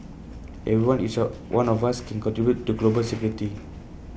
everyone each A one of us can contribute to global security